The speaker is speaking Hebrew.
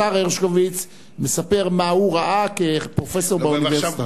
השר הרשקוביץ מספר מה הוא ראה כפרופסור באוניברסיטה.